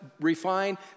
refine